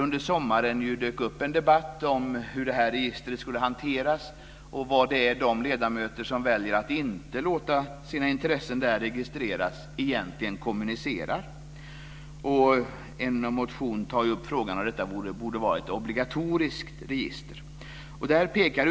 Under sommaren dök det upp en debatt om hur detta register skulle hanteras, och vad det är de ledamöter egentligen kommunicerar som väljer att inte låta sina intressen där registreras. Frågan om ifall detta borde vara ett obligatoriskt register tas upp i en motion.